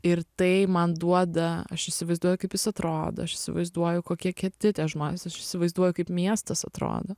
ir tai man duoda aš įsivaizduoju kaip jis atrodo aš įsivaizduoju kokie kieti tie žmonės aš įsivaizduoju kaip miestas atrodo